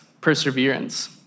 Perseverance